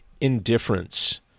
indifference